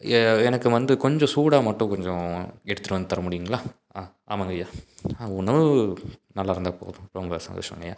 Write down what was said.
எனக்கு வந்து கொஞ்சம் சூடாக மட்டும் கொஞ்சம் எடுத்துகிட்டு வந்து தரமுடியுங்களா ஆ ஆமாங்கய்யா ஆ உணவு நல்லாருந்தால் போதும் ரொம்ப சந்தோஷங்கய்யா